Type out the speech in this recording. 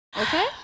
Okay